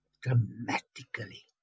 dramatically